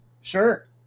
Sure